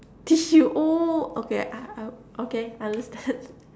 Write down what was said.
tissue oh okay I I okay I understand